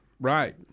Right